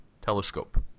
telescope